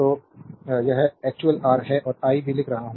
o यह actual R है तो आई भी लिख सकता हूं